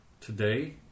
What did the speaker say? Today